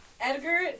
Edgar